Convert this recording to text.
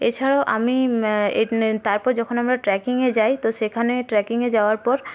এছাড়াও আমি তারপর যখন আমরা ট্র্যাকিঙে যাই সেখানে ট্র্যাকিঙে যাওয়ার পর